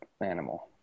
animal